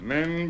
Men